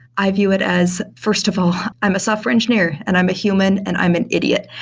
i view it as, first of all, i'm a software engineer and i'm a human and i'm an idiot.